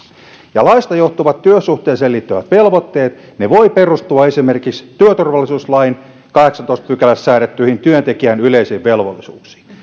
ja laista johtuvat työsuhteeseen liittyvät velvoitteet voivat perustua esimerkiksi työturvallisuuslain kahdeksannessatoista pykälässä säädettyihin työntekijän yleisiin velvollisuuksiin